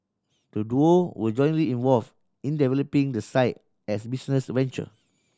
the duo were jointly involve in developing the site as business venture